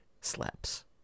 slaps